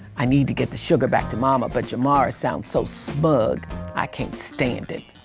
i need to get the sugar back to mama, but jamara sounds so smug i can't stand it.